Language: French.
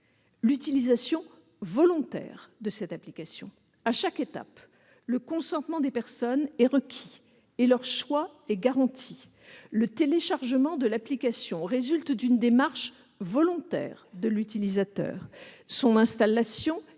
l'utilisation volontaire de cette application. À chaque étape, le consentement des personnes est requis et leur choix est garanti. Le téléchargement de l'application résulte d'une démarche volontaire de l'utilisateur ; son installation est